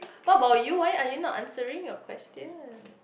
what about you why are you not answering your questions